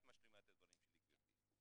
את משלימה את הדברים שלי, גברתי.